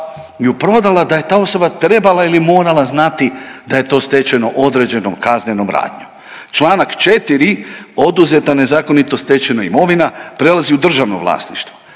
ju prodala da je ta osoba trebala ili morala znati da je to stečeno određenom kaznenom radnjom. Članak 4. oduzeta nezakonito stečena imovina prelazi u državno vlasništvo.